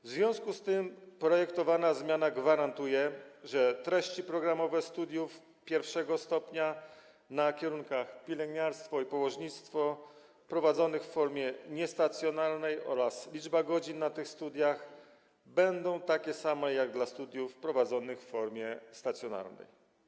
W związku z tym projektowana zmiana gwarantuje, że treści programowe studiów pierwszego stopnia na kierunkach: pielęgniarstwo i położnictwo prowadzonych w formie niestacjonarnej oraz liczba godzin na tych studiach będą takie same jak w przypadku studiów prowadzonych w formie stacjonarnej.